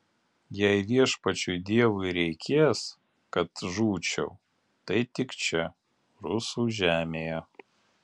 jei viešpačiui dievui reikės kad žūčiau tai tik čia rusų žemėje